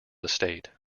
estate